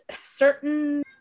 certain